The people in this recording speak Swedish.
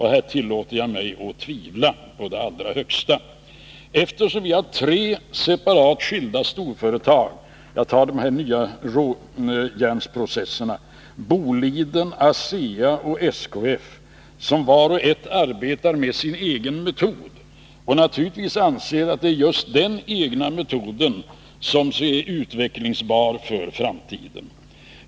Här tillåter jag mig att tvivla i allra högsta grad, eftersom vi har tre separata storföretag när det gäller de nya råjärnsprocesserna — Boliden, ASEA och SKF — som vart och ett arbetar med sin egen metod och naturligtvis anser att just den egna metoden är utvecklingsbar för framtiden.